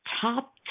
top